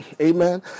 Amen